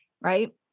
right